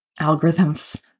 algorithms